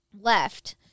left